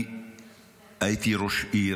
אני הייתי ראש עיר,